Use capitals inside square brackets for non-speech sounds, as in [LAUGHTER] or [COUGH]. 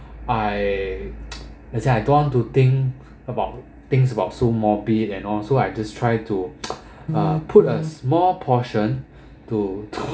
I [NOISE] as in I don't want to think about things about so morbid at all so I just try to [NOISE] uh put a small portion to